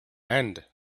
end